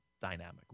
dynamic